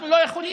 אנחנו לא יכולים.